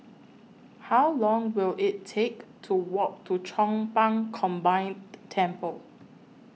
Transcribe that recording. How Long Will IT Take to Walk to Chong Pang Combined Temple